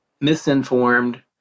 misinformed